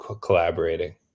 collaborating